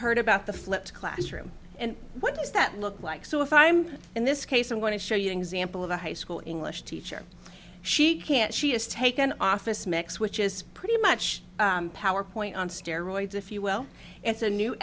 heard about the flipped classroom and what does that look like so if i'm in this case i'm going to show you an example of a high school english teacher she can't she has taken office mix which is pretty much powerpoint on steroids if you will it's a new